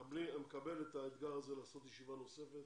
אני מקבל את האתגר הזה לקיים ישיבה נוספת.